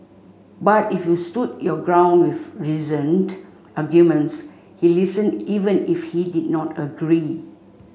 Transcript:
but if you stood your ground with reasoned arguments he listen even if he did not agree